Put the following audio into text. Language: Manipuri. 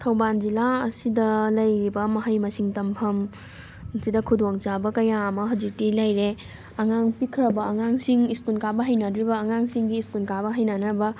ꯊꯧꯕꯥꯜ ꯖꯤꯂꯥ ꯑꯁꯤꯗ ꯂꯩꯔꯤꯕ ꯃꯍꯩ ꯃꯁꯤꯡ ꯇꯝꯐꯝ ꯁꯤꯗ ꯈꯨꯗꯣꯡ ꯆꯥꯕ ꯀꯌꯥ ꯑꯃ ꯍꯧꯖꯤꯛꯇꯤ ꯂꯩꯔꯦ ꯑꯉꯥꯡ ꯄꯤꯛꯈ꯭ꯔꯕ ꯑꯉꯥꯡꯁꯤꯡ ꯁ꯭ꯀꯨꯜ ꯀꯥꯕ ꯍꯩꯅꯗ꯭ꯔꯤꯕ ꯑꯉꯥꯡꯁꯤꯡꯒꯤ ꯁ꯭ꯀꯨꯜ ꯀꯥꯕ ꯍꯩꯅꯅꯕ